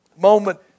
moment